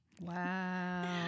Wow